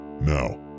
Now